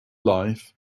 life